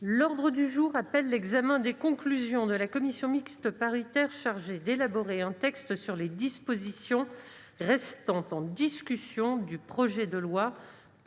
L'ordre du jour appelle l'examen des conclusions de la commission mixte paritaire chargée d'élaborer un texte sur les dispositions restant en discussion du projet de loi portant